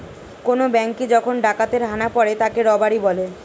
কোন ব্যাঙ্কে যখন ডাকাতের হানা পড়ে তাকে রবারি বলে